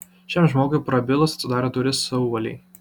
šiam žmogui prabilus atsidarė durys sauvalei